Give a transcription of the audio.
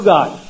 God